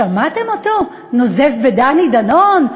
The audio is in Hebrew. שמעתם אותו נוזף בדני דנון?